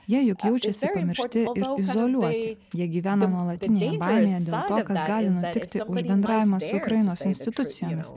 jie juk jaučiasi pamiršti ir izoliuoti jie gyvena nuolatinėje baimėje dėl to kas gali nutikti už bendravimą su ukrainos institucijomis